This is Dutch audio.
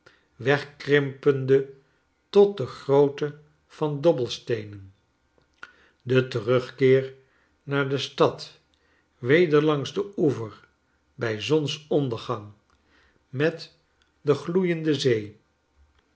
wegkrimpende tot de grootte van dobbelsteenen de terugkeer naar de stad weder langs den oever bij zonsondergang met de gloeiendezee